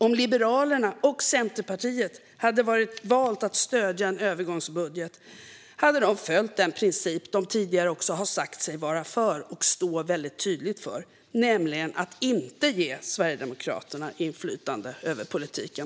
Om Liberalerna och Centerpartiet hade valt att stödja en övergångsbudget hade de följt den princip de tidigare sagt sig vara för och stå väldigt tydligt för, nämligen att inte ge Sverigedemokraterna inflytande över politiken.